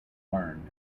learned